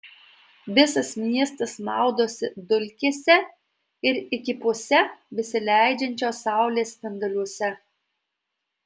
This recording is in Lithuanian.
visas miestas maudosi dulkėse ir įkypuose besileidžiančios saulės spinduliuose